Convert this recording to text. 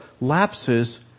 lapses